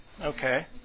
Okay